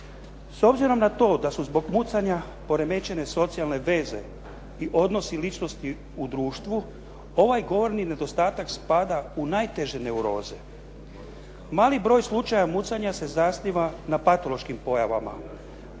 S obzirom na to da su zbog mucanja poremećene socijalne veze i odnosi ličnosti u društvu, ovaj govorni nedostatak spada u najteže neuroze. Mali broj slučajeva mucanja se zasniva na patološkim pojavama,